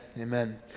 Amen